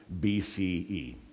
BCE